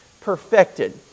Perfected